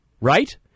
right